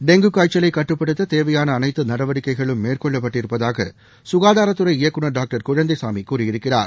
dengue காய்ச்சலை கட்டுப்படுத்த தேவையான நடவடிக்கைகளும் அனைத்து மேற்கொள்ளப்பட்டிருப்பதாக சுகாதாரத் துறை இயக்குநர் டாக்டர் குழந்தைசாமி கூறியிருக்கிறார்